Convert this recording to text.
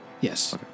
Yes